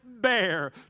bear